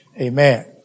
Amen